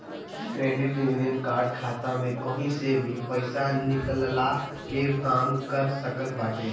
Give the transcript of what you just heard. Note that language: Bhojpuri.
क्रेडिट यूनियन कार्ड खाता में कही से भी पईसा निकलला के काम कर सकत बाटे